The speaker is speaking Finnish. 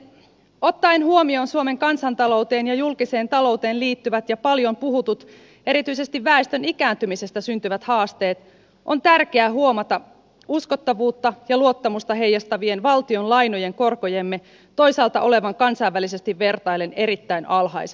ottaen huomioon suomen kansantalouteen ja julkiseen talouteen liittyvät ja paljon puhutut erityisesti väestön ikääntymisestä syntyvät haasteet on tärkeää huomata uskottavuutta ja luottamusta heijastavien valtionlainojen korkojemme toisaalta olevan kansainvälisesti vertaillen erittäin alhaiset